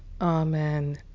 Amen